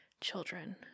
children